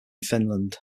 finland